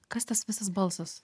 kas tas visas balsas